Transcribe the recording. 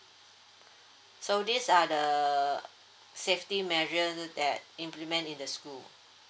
so these are the safety measures that implement in the school